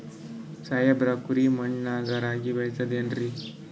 ಸಾಹೇಬ್ರ, ಕರಿ ಮಣ್ ನಾಗ ರಾಗಿ ಬೆಳಿತದೇನ್ರಿ?